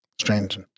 strange